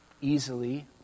easily